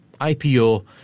IPO